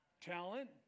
talent